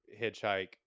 hitchhike